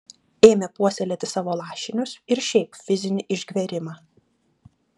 ėmė puoselėti savo lašinius ir šiaip fizinį išgverimą